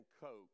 Coke